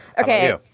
Okay